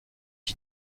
qui